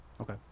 okay